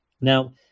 Now